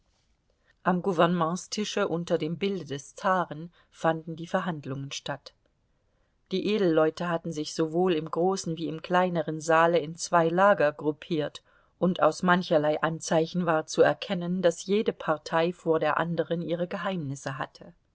am gouvernementstische unter dem bilde des zaren fanden die verhandlungen statt die edelleute hatten sich sowohl im großen wie im kleineren saale in zwei lager gruppiert und aus mancherlei anzeichen war zu erkennen daß jede partei vor der anderen ihre geheimnisse hatte